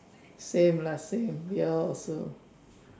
same lah same we all also